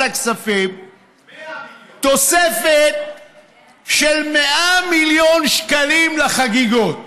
הכספים תוספת של 100 מיליון שקלים לחגיגות.